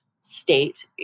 state